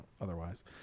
otherwise